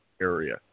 area